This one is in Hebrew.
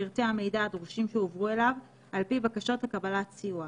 פרטי המידע הדרושים שהועברו אליו על פי בקשות לקבלת סיוע.